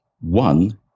one